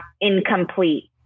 incomplete